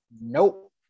Nope